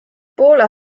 poola